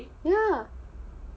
ya